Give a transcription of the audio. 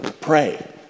Pray